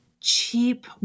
cheap